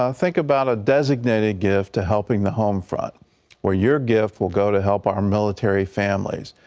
ah think about a designated gift to helping the home front where your gift will go to help our military families.